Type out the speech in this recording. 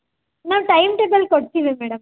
ನಾವು time table ಕೊಡ್ತೀವಿ madam